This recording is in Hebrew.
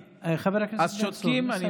כן, חבר הכנסת בן צור, נא לסיים.